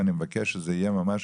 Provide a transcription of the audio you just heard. אני מבקש שזה יהיה ממש